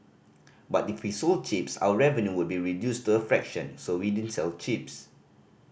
but if we sold chips our revenue would be reduced to a fraction so we didn't sell chips